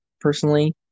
Personally